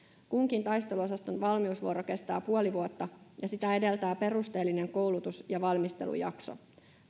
kunkin taisteluosaston valmiusvuoro kestää puoli vuotta ja sitä edeltää perusteellinen koulutus ja valmistelujakso